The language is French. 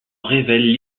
révèle